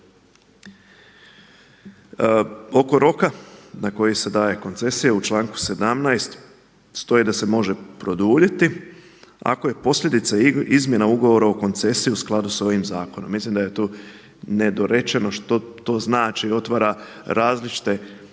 Oko roka na koji se daje koncesija u članku 17. stoji da se može produljiti ako je posljedica izmjena ugovora o koncesiji u skladu sa ovim zakonom. Mislim da je tu nedorečeno što to znači, otvara različite mogućnosti